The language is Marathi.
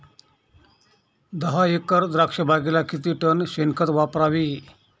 दहा एकर द्राक्षबागेला किती टन शेणखत वापरावे?